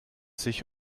sich